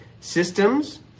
systems